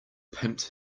pimped